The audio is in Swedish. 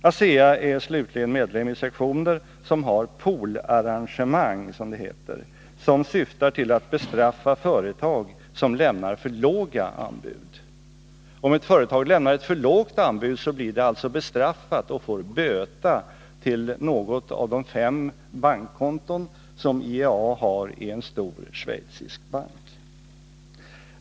ASEA är slutligen medlem i sektioner som har poolarrangemang, som det heter. Syftet är att bestraffa företag som lämnar för låga anbud. Ett företag som gör det får böta till något av de fem bankkonton som IEA har i en stor bank i Schweiz.